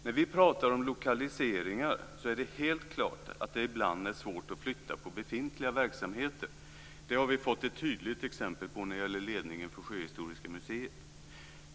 När vi pratar om lokaliseringar, så är det helt klart att det ibland är svårt att flytta på befintliga verksamheter. Det har vi fått ett tydligt exempel på när det gäller ledningen för Sjöhistoriska museet.